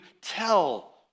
tell